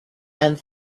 and